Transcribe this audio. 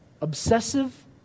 obsessive